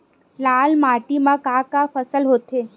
लाल माटी म का का फसल होथे?